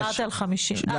זה